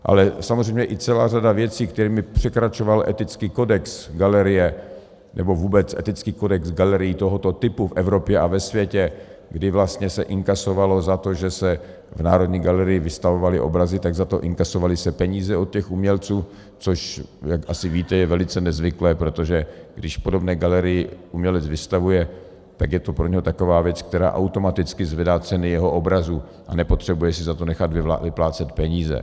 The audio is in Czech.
A samozřejmě i celá řada věcí, kterými překračoval etický kodex galerie, nebo vůbec etický kodex galerií tohoto typu v Evropě a ve světě, kdy se vlastně inkasovalo za to, že se v Národní galerii vystavovaly obrazy, tak se za to inkasovaly peníze od těch umělců, což, jak asi víte, je velice nezvyklé, protože když v podobné galerii umělec vystavuje, tak je to pro něho taková věc, která automaticky zvedá ceny jeho obrazů, a nepotřebuje si za to nechat vyplácet peníze.